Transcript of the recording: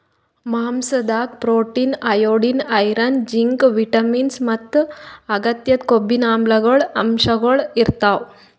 ಮಾಂಸಾದಾಗ್ protein, iodine, iron, zinc, vitamins ಮತ್ತ್ ಅಗತ್ಯ ಕೊಬ್ಬಿನಾಮ್ಲಗಳ್ ಅಂಶಗಳ್ ಇರ್ತವ್